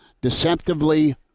deceptively